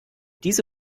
diese